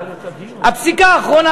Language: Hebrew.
בפסיקה האחרונה,